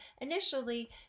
initially